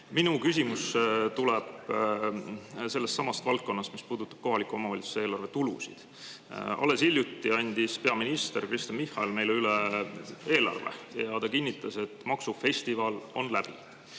Minu küsimus tuleb sellestsamast valdkonnast, mis puudutab kohaliku omavalitsuse eelarve tulusid. Alles hiljuti andis peaminister Kristen Michal meile üle eelarve ja ta kinnitas, et maksufestival on läbi.